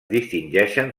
distingeixen